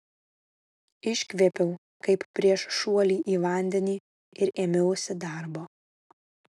iškvėpiau kaip prieš šuolį į vandenį ir ėmiausi darbo